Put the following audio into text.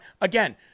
again